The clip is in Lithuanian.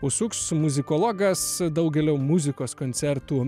užsuks muzikologas daugelio muzikos koncertų